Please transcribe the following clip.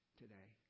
today